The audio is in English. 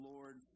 Lord